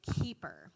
keeper